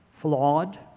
flawed